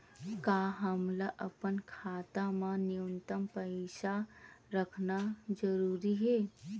का हमला अपन खाता मा न्यूनतम पईसा रखना जरूरी हे?